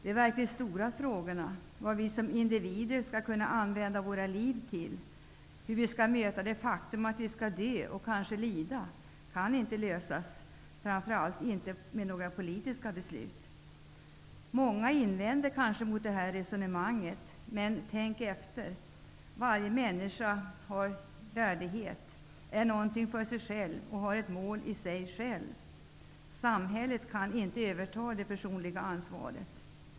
De verkligt stora frågorna -- vad vi som individer skall använda våra liv till, hur vi skall möta det faktum att vi skall dö och kanske lida -- kan inte lösas, framför allt inte med några politiska beslut. Många invänder kanske mot det här resonemanget. Men tänk efter! Varje människa har värdighet, är någonting och har ett mål i sig själv. Samhället kan inte överta det personliga ansvaret.